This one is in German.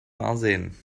arsen